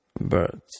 birds